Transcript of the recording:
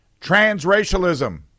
Transracialism